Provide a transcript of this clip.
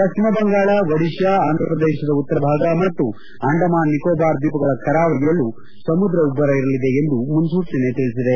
ಪಶ್ಚಿಮ ಬಂಗಾಳ ಒಡಿಶಾ ಆಂಧಪ್ರದೇಶ ಉತ್ತರ ಭಾಗ ಮತ್ತು ಅಂಡಮಾನ್ ನಿಕೋಬಾರ್ ದ್ವೀಪಗಳ ಕರಾವಳಿಯಲ್ಲೂ ಸಮುದ್ರ ಉಬ್ಲರ ಇರಲಿದೆ ಎಂದು ಮುನ್ನೂಚನೆ ತಿಳಿಸಿದೆ